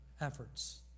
efforts